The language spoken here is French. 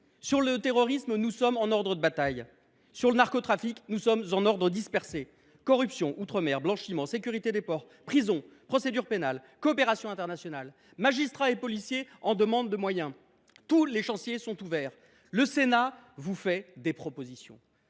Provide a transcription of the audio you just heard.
Sur le terrorisme, nous sommes en ordre de bataille. Sur le narcotrafic, nous avançons en ordre dispersé. Corruption, outre mer, blanchiment, sécurité des ports, prison, procédure pénale, coopération internationale, magistrats et policiers en demande de moyens : tous les chantiers sont ouverts. Le Sénat propose la création